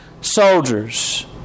soldiers